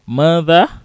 mother